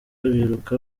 biruka